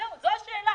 זו השאלה.